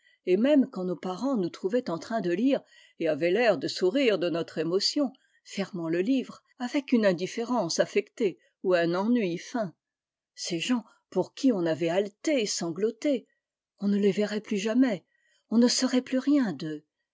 et même quand nos parents nous trouvaient en train de lire et avaient l'air de sourire de notre émotion fermant le livre avec une indifférence affectée ou un ennui feint ces gens pour qui on avait haleté et sangloté on ne les verrait plus jamais on ne saurait plus rien d'eux